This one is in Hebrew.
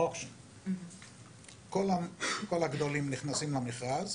כל הגדולים נכנסים למכרז,